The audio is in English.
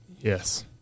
Yes